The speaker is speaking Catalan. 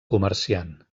comerciant